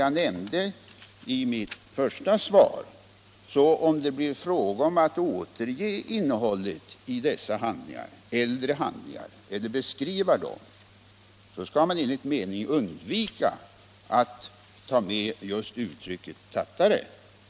Jag nämnde också i interpellationssvaret att om det blir fråga om att beskriva eller återge innehållet i äldre handlingar, skall man enligt min mening undvika att ta med just uttrycket tattare.